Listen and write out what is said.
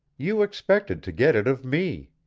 you expected to get it of me.